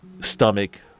stomach